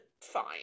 Fine